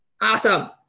Awesome